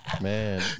Man